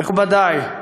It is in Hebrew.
מכובדי,